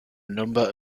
number